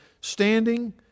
standing